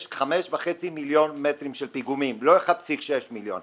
יש 5.5 מיליון מטרים של פיגומים, לא 1.6 מיליון.